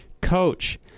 coach